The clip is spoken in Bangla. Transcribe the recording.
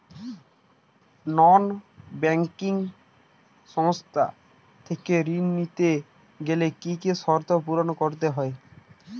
নন ব্যাঙ্কিং সংস্থা থেকে ঋণ নিতে গেলে কি কি শর্ত পূরণ করতে হয়?